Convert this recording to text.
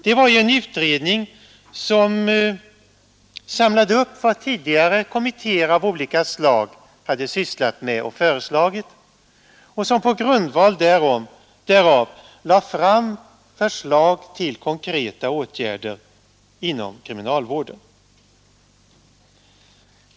Den var ju en utredning som samlade upp vad tidigare kommittéer av olika slag hade sysslat med och föreslagit och som på grundval därav lade fram förslag till konkreta åtgärder inom kriminalvården.